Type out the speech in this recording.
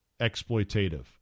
exploitative